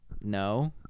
No